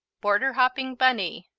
border-hopping bunny,